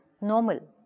normal